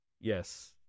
yes